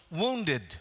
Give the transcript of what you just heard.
wounded